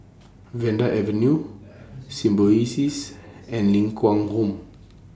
Vanda Avenue Symbiosis and Ling Kwang Home